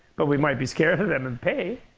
but we might be scared of them and pay.